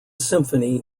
symphony